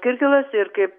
kirkilas ir kaip